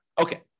Okay